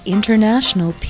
International